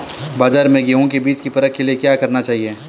बाज़ार में गेहूँ के बीज की परख के लिए क्या करना चाहिए?